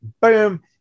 boom